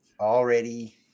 Already